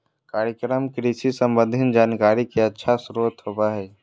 कार्यक्रम कृषि संबंधी जानकारी के अच्छा स्रोत होबय हइ